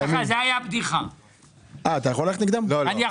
זה בהתאם לפעימות שאנחנו